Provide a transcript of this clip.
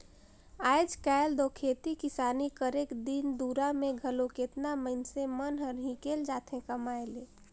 आएज काएल दो खेती किसानी करेक दिन दुरा में घलो केतना मइनसे मन सहर हिंकेल जाथें कमाए ले